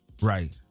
Right